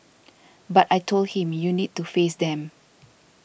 but I told him you need to face them